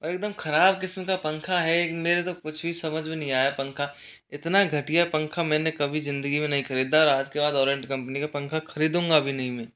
एकदम ख़राब किस्म का पंखा है मेरे तो कुछ भी समझ नहीं आया पंखा इतना घटिया पंखा मैंने कभी ज़िंदगी में नहीं खरीदा और आज के बाद ओरिएंट कंपनी का पंखा खरीदूँगा भी नहीं मैं